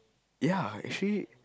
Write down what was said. ya actually